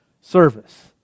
service